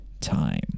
time